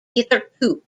hitherto